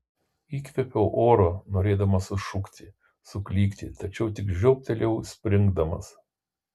įkvėpiau oro norėdamas sušukti suklykti tačiau tik žioptelėjau springdamas